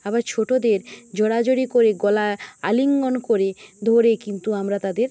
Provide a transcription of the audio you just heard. আবার ছোটোদের জোড়াজোড়ি করে গলা আলিঙ্গন করে ধরে কিন্তু আমরা তাদের